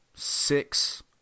Six